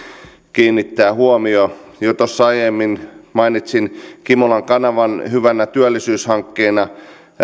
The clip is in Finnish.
kiinnittää huomiota jo aiemmin mainitsin kimolan kanavan hyvänä työllisyyshankkeena